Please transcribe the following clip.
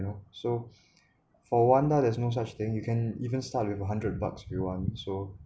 so for one there Is no such thing you can even start with a hundred bucks if you want so